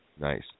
nice